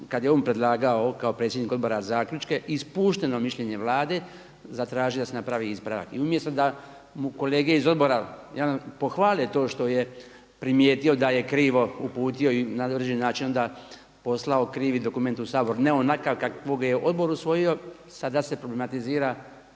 kada je on predlagao kao predsjednik odbora zaključke ispušteno mišljenje Vlade zatražio da se napravi ispravak. I umjesto da mu kolege iz odbora pohvale to što je primijetio da je krivo uputio i na određeni način onda poslao krivi dokument u Sabor, ne onaj kakvog je odbor usvojio sada se problematizira